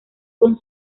con